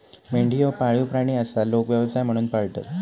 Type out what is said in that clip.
मेंढी ह्यो पाळीव प्राणी आसा, लोक व्यवसाय म्हणून पाळतत